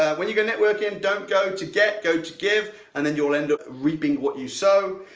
when you go networking, don't go to get, go to give. and then you'll end up reaping what you sow.